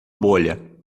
bolha